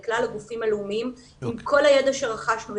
לכלל הגופים הלאומיים עם כל הידע שרכשנו.